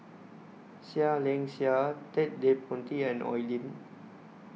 Seah Liang Seah Ted De Ponti and Oi Lin